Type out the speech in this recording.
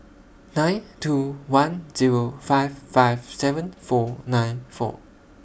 nine two one Zero five five seven four nine four